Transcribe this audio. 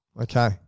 Okay